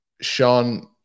Sean